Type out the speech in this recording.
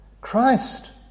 Christ